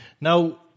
now